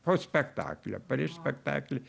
po spektaklio prieš spektaklį